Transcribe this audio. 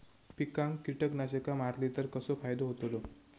पिकांक कीटकनाशका मारली तर कसो फायदो होतलो?